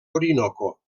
orinoco